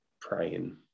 praying